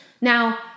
Now